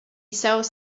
sells